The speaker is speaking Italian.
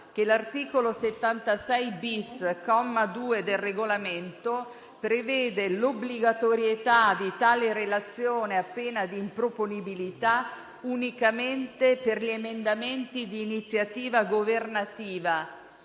che l'articolo 76-*bis*, comma 2, del Regolamento prevede l'obbligatorietà di tale relazione, a pena di improponibilità, unicamente per gli emendamenti di iniziativa governativa,